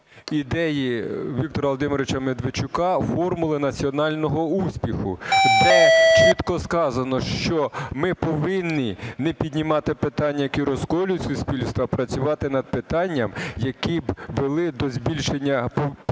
ідеї Віктора Володимировича Медведчука – формули національного успіху, де чітко сказано, що ми повинні не піднімати питання, які розколюють суспільство, а працювати над питаннями, які б вели до збільшення, підвищення